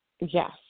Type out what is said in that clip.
Yes